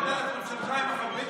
לבין שיחות טלפון שלך עם החברים שלך.